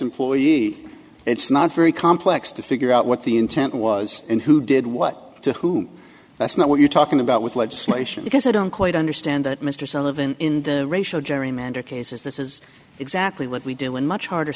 employee it's not very complex to figure out what the intent was and who did what to who that's not what you're talking about with legislation because i don't quite understand that mr sullivan in the racial gerrymander cases this is exactly what we do in much harder